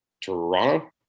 Toronto